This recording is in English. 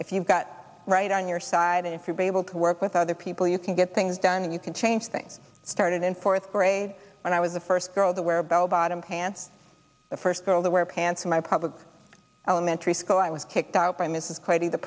if you've got right on your side and if you're able to work with other people you can get things done and you can change things started in fourth grade when i was the first girl that wear bell bottom pants the first girl to wear pants in my public elementary school i was kicked out by mrs qu